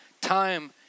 time